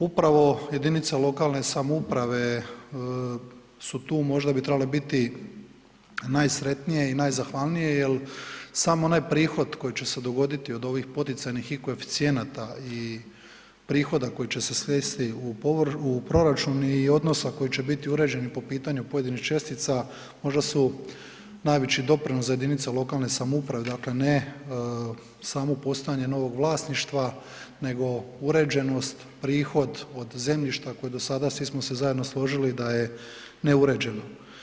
Upravo jedinica lokalne samouprave su tu možda, možda bi trebale biti najsretnije i najzahvalnije jer sam onaj prihvat koji će se dogoditi od ovih poticajnih i koeficijenata i prihode koji će se svesti u proračun i odnosa koji će biti uređeni po pitanju pojedinih čestica, možda su najveći doprinos za jedinice lokalne samouprave, dakle ne samo postojanje novog vlasništva nego uređenost, prihod od zemljišta koje do sada, svi smo se zajedno složili da je neuređeno.